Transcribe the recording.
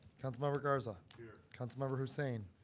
councilmember garza. here. councilmember hussain.